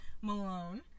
Malone